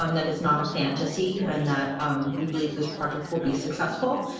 um that is not a fantasy and that um we believe this project will be successful.